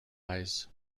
eyes